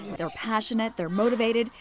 they're passionate, they're motivated,